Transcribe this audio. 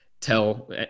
tell